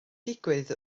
digwydd